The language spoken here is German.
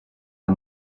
der